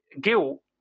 guilt